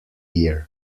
year